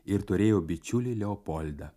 ir turėjo bičiulį leopoldą